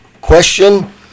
question